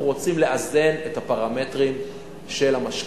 אנחנו רוצים לאזן את הפרמטרים של המשקיעים.